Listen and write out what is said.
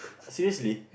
seriously